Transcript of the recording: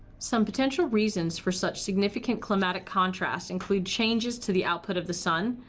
some potential reasons for such significant climatic contrasts include changes to the output of the sun,